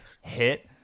hit